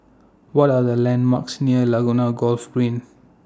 What Are The landmarks near Laguna Golf Green